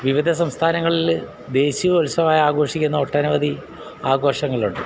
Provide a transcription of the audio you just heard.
വിവിധ സംസ്ഥാനങ്ങളിൽ ദേശീയ ഉത്സവമായി ആഘോഷിക്കുന്ന ഒട്ടനവധി ആഘോഷങ്ങളുണ്ട്